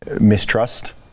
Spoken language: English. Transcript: mistrust